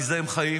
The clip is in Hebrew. מזה הם חיים,